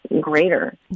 greater